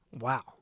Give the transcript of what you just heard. Wow